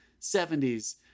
70s